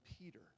Peter